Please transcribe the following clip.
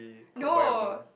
no